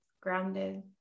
grounded